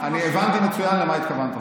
אני הבנתי מצוין למה התכוונת,